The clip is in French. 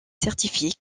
certifié